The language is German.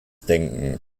denken